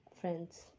friends